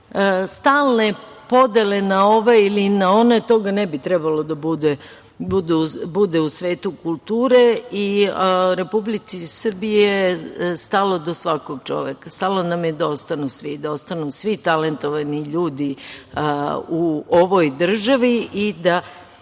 stalne podele na ove ili na one, toga ne bi trebalo da bude u svetu kulture. Republici Srbiji je stalo do svakog čoveka, stalo nam je da ostanu svi talentovani ljudi u ovoj državi i da